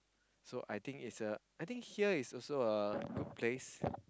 so I think it's a I think here is also a good place